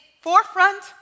forefront